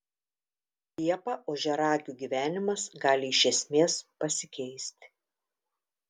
liepą ožiaragių gyvenimas gali iš esmės pasikeisti